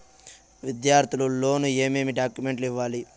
విద్యార్థులు లోను ఏమేమి డాక్యుమెంట్లు ఇవ్వాలి?